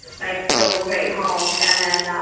like, so we'll get you home. and then, um